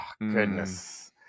goodness